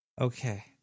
Okay